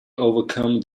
overcome